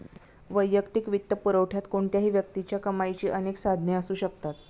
वैयक्तिक वित्तपुरवठ्यात कोणत्याही व्यक्तीच्या कमाईची अनेक साधने असू शकतात